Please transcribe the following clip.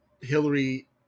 Hillary